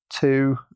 two